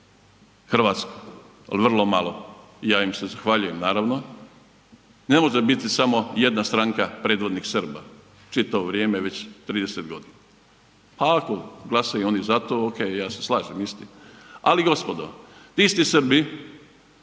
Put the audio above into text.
Hrvatsku, ali vrlo malo. Ja im se zahvaljujem naravno, ne može biti samo jedna stranka predvodik Srba čitavo vrijeme već 30 godina, a ako glasaju oni za to ja se slažem, istina. Ali gospodo vi ste Srbi